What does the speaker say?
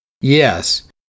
Yes